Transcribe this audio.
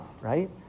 right